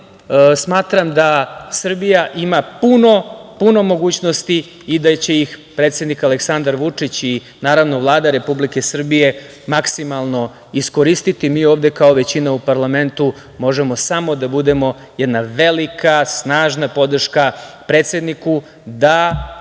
da Srbija ima puno mogućnosti i da će ih predsednik Aleksandar Vučić i naravno Vlada Republike Srbije, maksimalno iskoristi. Mi ovde kao većina u parlamentu možemo samo da budemo jedna velika snažna podrška predsedniku da